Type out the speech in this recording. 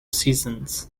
seasons